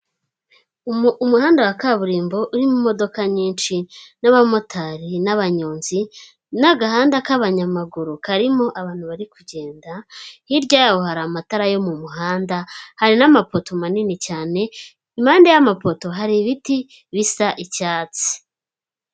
Umuhanda wa kaburimbo urimo imodoka nyinshi n'abamotari n'abanyonzi n'agahanda k'abanyamaguru karimo abantu bari kugenda, hirya yaho hari amatara yo mu muhanda hari n'amapoto manini cyane impande y'amapoto hari ibiti bisa icyatsi.